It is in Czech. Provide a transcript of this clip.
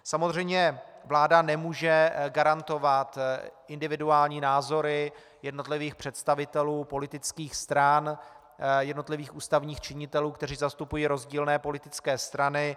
Vláda samozřejmě nemůže garantovat individuální názory jednotlivých představitelů politických stran, jednotlivých ústavních činitelů, kteří zastupují rozdílné politické strany.